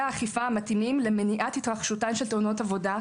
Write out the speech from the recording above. האכיפה המתאימים למניעת התרחשותן של תאונות עבודה,